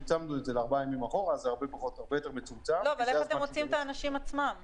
זה אומר שהנהגים צריכים להיות בקשר הרבה יותר ישיר עם הנוסעים